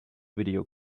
video